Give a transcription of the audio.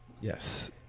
Yes